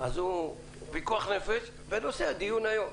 אבל אז גיליתי שפתחתי תיבת פנדורה מאוד גדולה.